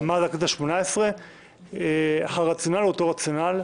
מאז הכנסת השמונה-עשרה, אך הרציונל אותו רציונל.